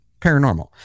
paranormal